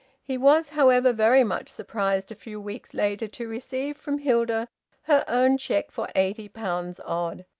he was, however, very much surprised, a few weeks later, to receive from hilda her own cheque for eighty pounds odd!